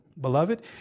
beloved